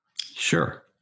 Sure